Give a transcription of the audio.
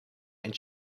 and